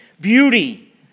beauty